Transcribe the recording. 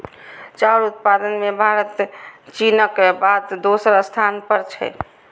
चाउर उत्पादन मे भारत चीनक बाद दोसर स्थान पर छै